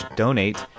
donate